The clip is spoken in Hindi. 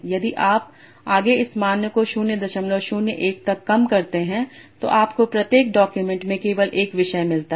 यदि आप आगे इस मान को 001 तक कम करते हैं तो आपको प्रत्येक डॉक्यूमेंट में केवल 1 विषय मिलता है